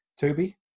Toby